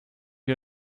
wir